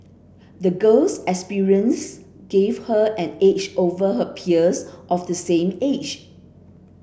the girl's experience gave her an edge over her peers of the same age